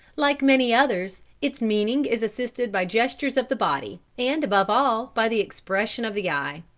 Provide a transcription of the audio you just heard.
like many others, its meaning is assisted by gestures of the body, and, above all, by the expression of the eye.